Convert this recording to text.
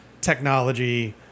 technology